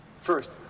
first